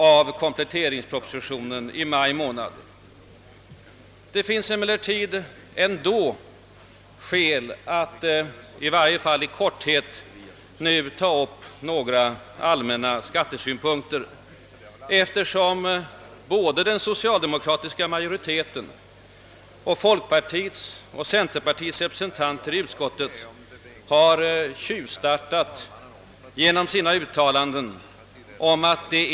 av kompletteringspropositionen i maj månad. Det finns emellertid ändå skäl att i varje fall i korthet nu anföra några : allmänna skattesynpunkter, eftersom både den socialdemokratiska majoriteten och folkpartiets och centerpartiets representanter i utskottet har »tjuvstartat» genom sina uttalanden om att det.